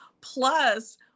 plus